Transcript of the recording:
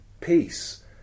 peace